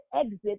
exit